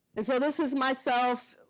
and so this is myself,